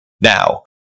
Now